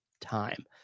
time